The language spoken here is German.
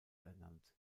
ernannt